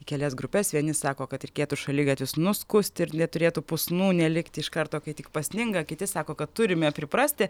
į kelias grupes vieni sako kad reikėtų šaligatvius nuskusti ir neturėtų pusnų nelikti iš karto kai tik pasninga kiti sako kad turime priprasti